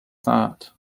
that